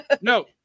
no